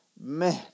man